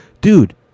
dude